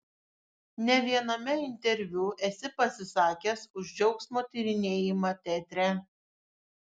ne viename interviu esi pasisakęs už džiaugsmo tyrinėjimą teatre